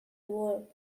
world